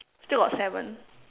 still got seven